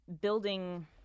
building